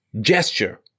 gesture